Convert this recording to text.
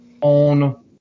on